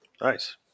Nice